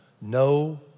No